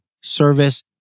service